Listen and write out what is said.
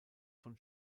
von